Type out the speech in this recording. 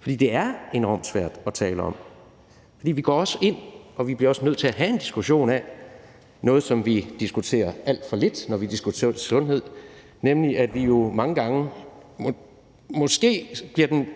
for det er enormt svært at tale om. Vi kommer også ind på og vi bliver også nødt til at have en diskussion af noget, som vi diskuterer alt for lidt, når vi diskuterer sundhed, nemlig at den